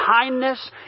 kindness